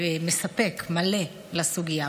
מספק ומלא לסוגיה,